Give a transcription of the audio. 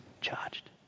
charged